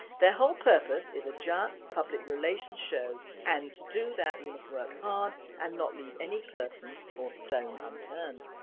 their whole purpose is a giant public relations show and to do that you must work hard and not leave any person or stone unturned.